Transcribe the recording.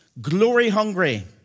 glory-hungry